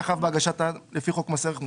אם היה חייב בהגשתם לפי חוק מס ערך מוסף,